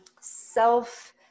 self-